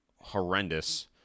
horrendous